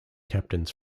captains